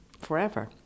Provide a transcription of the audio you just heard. forever